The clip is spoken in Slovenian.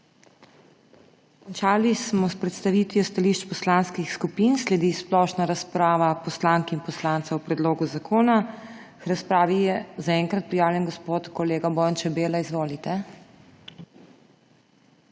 Končali smo s predstavitvijo stališč poslanskih skupin. Sledi splošna razprava poslank in poslancev o predlogu zakona. K razpravi je zaenkrat prijavljen gospod kolega Bojan Čebela. Izvolite.